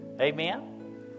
Amen